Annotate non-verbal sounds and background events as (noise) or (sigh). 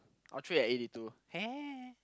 I'll trade at eighty two (noise)